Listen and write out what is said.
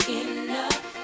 enough